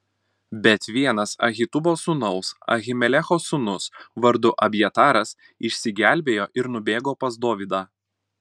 bet vienas ahitubo sūnaus ahimelecho sūnus vardu abjataras išsigelbėjo ir nubėgo pas dovydą